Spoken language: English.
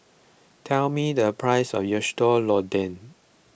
tell me the price of Sayur Lodeh